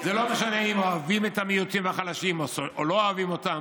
זה לא משנה אם אתם אוהבים את המיעוטים והחלשים או לא אוהבים אותם,